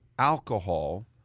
alcohol